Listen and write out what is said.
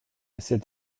cet